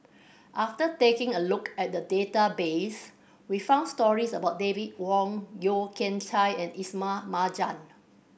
after taking a look at the database we found stories about David Wong Yeo Kian Chye and Ismail Marjan